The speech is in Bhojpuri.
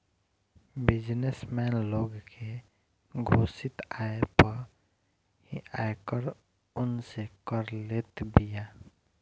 बिजनेस मैन लोग के घोषित आय पअ ही आयकर उनसे कर लेत बिया